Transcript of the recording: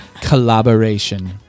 Collaboration